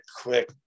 quick